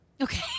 Okay